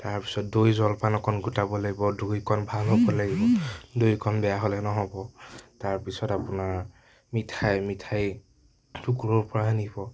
তাৰপিছত দৈ জলপান অকণ গোটাব লাগিব দৈ কণ ভাল হ'ব লাগিব দৈ কণ বেয়া হ'লে নহ'ব তাৰপিছত আপোনাৰ মিঠাই মিঠাইটো ক'ৰ পৰা আনিব